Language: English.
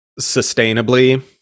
sustainably